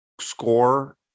score